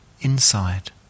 inside